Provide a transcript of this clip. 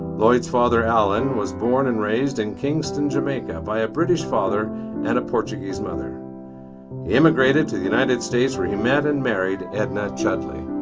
lloyd's father alan, was born and raised in kingston jamaica by a british father and a portuguese mother. he immigrated to the united states where he met and married edna chudley.